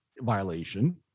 violation